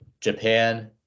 Japan